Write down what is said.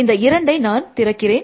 இந்த இரண்டை நான் திறக்கிறேன்